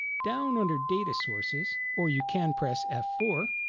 down under data sources or you can press f four,